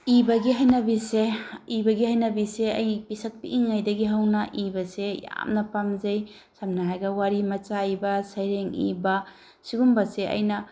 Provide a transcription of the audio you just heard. ꯏꯕꯒꯤ ꯍꯩꯅꯕꯤꯁꯦ ꯏꯕꯒꯤ ꯍꯩꯅꯕꯤꯁꯦ ꯑꯩ ꯄꯤꯁꯛ ꯄꯤꯛꯏꯉꯩꯗꯒꯤ ꯍꯧꯅ ꯏꯕꯁꯦ ꯌꯥꯝꯅ ꯄꯥꯝꯖꯩ ꯁꯝꯅ ꯍꯥꯏꯔꯒ ꯋꯥꯔꯤ ꯃꯆꯥ ꯏꯕ ꯁꯩꯔꯦꯡ ꯏꯕ ꯁꯤꯒꯨꯝꯕꯁꯦ ꯑꯩꯅ